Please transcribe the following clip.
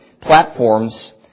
platforms